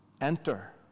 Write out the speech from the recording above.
enter